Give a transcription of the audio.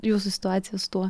jūsų situacija su tuo